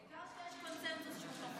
העיקר שיש קונסנזוס שהוא נוכל